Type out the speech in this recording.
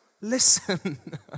listen